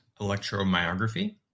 electromyography